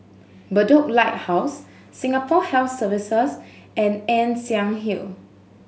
Bedok Lighthouse Singapore Health Services and Ann Siang Hill